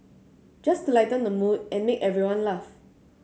just to lighten the mood and make everyone laugh